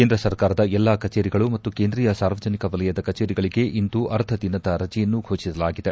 ಕೇಂದ್ರ ಸರ್ಕಾರದ ಎಲ್ಲಾ ಕಚೇರಿಗಳೂ ಮತ್ತು ಕೇಂದ್ರೀಯ ಸಾರ್ವಜನಿಕ ವಲಯದ ಕಚೇರಿಗಳಿಗೆ ಇಂದು ಅರ್ಧದಿನದ ರಜೆಯನ್ನು ಫೋಷಿಸಲಾಗಿದೆ